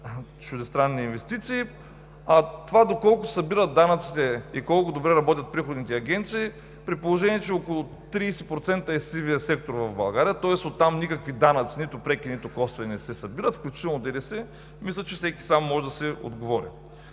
чуждестранни инвестиции, а доколко събират данъците и колко добре работят приходните агенции, при положение че около 30% е сивият сектор в България, тоест оттам никакви данъци, нито преки, нито косвени не се събират, включително от ДДС, мисля, че всеки сам може да си отговори.